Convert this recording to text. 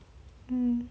mm